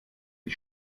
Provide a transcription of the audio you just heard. die